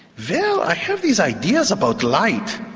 well, i have these ideas about light,